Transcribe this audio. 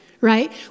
right